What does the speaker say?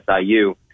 SIU